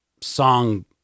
Song